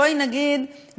בואי נגיד,